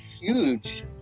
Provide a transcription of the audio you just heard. huge